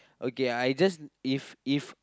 okay I just if if